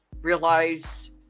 realize